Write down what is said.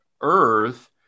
earth